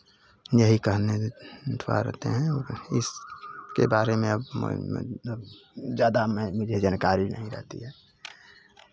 यही कहने अथुआ रहते हैं उस के बारे में अब मन मन अब ज़्यादा मैं मुझे जानकारी नहीं रहती है